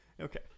Okay